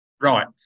Right